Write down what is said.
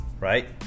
right